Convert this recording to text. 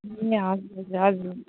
ए हजुर हजुर हजुर